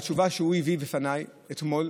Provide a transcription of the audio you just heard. בתשובה שהוא הביא בפניי אתמול,